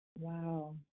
Wow